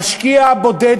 המשקיע הבודד,